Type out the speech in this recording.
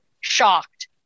shocked